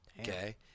Okay